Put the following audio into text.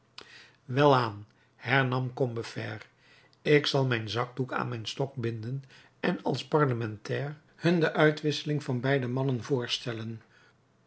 welaan hernam combeferre ik zal mijn zakdoek aan mijn stok binden en als parlementair hun de uitwisseling van beide mannen voorstellen